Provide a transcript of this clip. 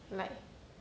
like